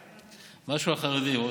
עודד.